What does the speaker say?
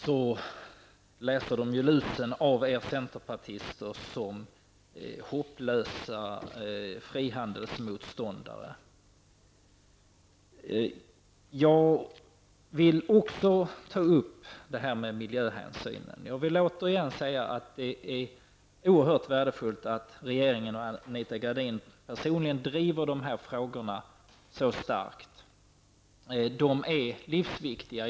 De läser lusen av er centerpartister och betraktar er som hopplösa och frihandelsmotståndare. Också jag vill ta upp detta med miljöhänsynen. Jag vill återigen betona att det är oerhört värdefullt att regeringen och Anita Gradin personligen driver dessa frågor så starkt. De är livsviktiga.